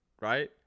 Right